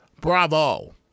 bravo